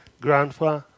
grandpa